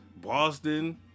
Boston